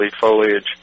foliage